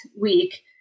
week